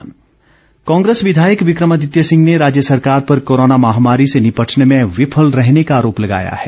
विक्रमादित्य सिंह कांग्रेस विधायक विक्रमादित्य सिंह ने राज्य सरकार पर कोरोना महामारी से निपटने में विफल रहने का आरोप लगाया है